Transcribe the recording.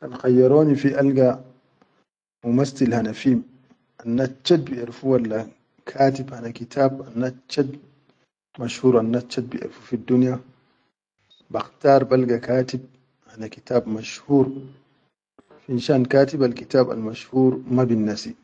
Kan kayyaroni fi alga wa mastil hana fim, annas chat biʼerfu walla katib hana kitab annas chat mashura annas chat biʼerfu fiddunya bakhtar balga kati hana kitab mashur finshan katibel kitab al mashur ma bin nasi